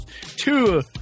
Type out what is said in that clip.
two